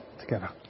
together